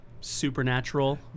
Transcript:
supernatural